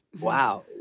Wow